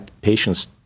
patients